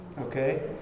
Okay